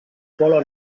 polo